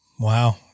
Wow